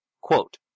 quote